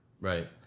Right